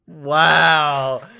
Wow